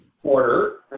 quarter